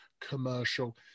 commercial